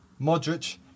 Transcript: Modric